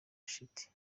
shiti